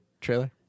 trailer